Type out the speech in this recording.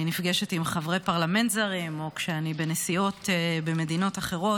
נפגשת עם חברי פרלמנט זרים או כשאני בנסיעות במדינות אחרות,